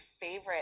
favorite